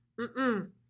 Mm-mm